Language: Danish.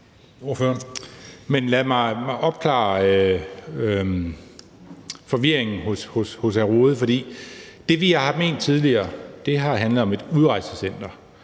lad mig opklare forvirringen hos hr. Jens Rohde. For det, vi har ment tidligere, har handlet om et udrejsecenter,